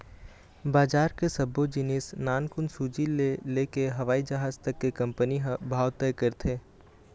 बजार के सब्बो जिनिस नानकुन सूजी ले लेके हवई जहाज तक के कंपनी ह भाव तय करथे